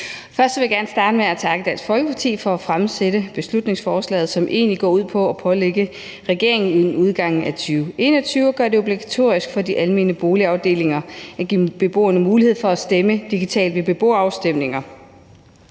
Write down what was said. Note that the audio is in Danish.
Først vil jeg gerne starte med at takke Dansk Folkeparti for at fremsætte beslutningsforslaget, som egentlig går ud på at pålægge regeringen inden udgangen af 2021 at gøre det obligatorisk for de almene boligafdelinger at give beboerne mulighed for at stemme digitalt ved beboerafstemninger.